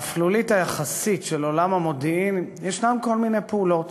באפלולית היחסית של עולם המודיעין יש כל מיני פעולות